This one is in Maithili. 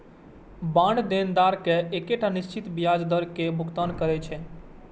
बांड देनदार कें एकटा निश्चित ब्याज दर के भुगतान करै छै